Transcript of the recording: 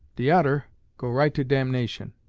de odder go right to damnation